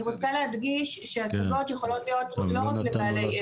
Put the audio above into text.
אני רוצה להדגיש שהשגות יכולות להיות לא רק לבעלי עסק.